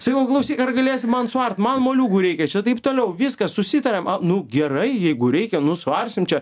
sakau klausyk ar galėsi man suart man moliūgų reikia čia taip toliau viskas susitariam nu gerai jeigu reikia nu suarsim čia